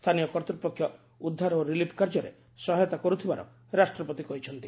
ସ୍ଥାନୀୟ କର୍ତ୍ତପକ୍ଷ ଉଦ୍ଧାର ଓ ରିଲିଫ୍ କାର୍ଯ୍ୟରେ ସହାୟତା କର୍ତ୍ତିବାର ରାଷ୍ଟ୍ରପତି କହିଚ୍ଛନ୍ତି